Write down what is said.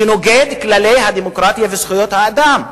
שנוגד את כללי הדמוקרטיה וזכויות האדם.